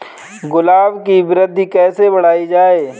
गुलाब की वृद्धि कैसे बढ़ाई जाए?